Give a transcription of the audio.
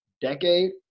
decade